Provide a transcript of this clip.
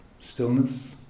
stillness